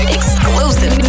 Exclusive